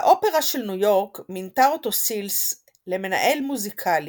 באופרה של ניו יורק מינתה אותו סילס למנהל מוזיקלי